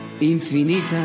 infinita